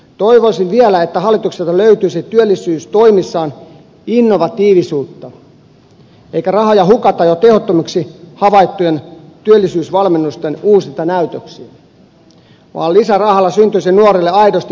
toivoisin vielä että hallitukselta löytyisi työllisyystoimissaan innovatiivisuutta eikä rahoja hukattaisi jo tehottomiksi havaittujen työllisyysvalmennusten uusintanäytöksiin vaan lisärahalla syntyisi nuorille aidosti pysyviä työpaikkoja